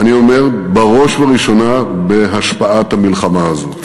אני אומר, בראש ובראשונה בהשפעת המלחמה הזאת.